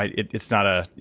it's not a,